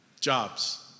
Jobs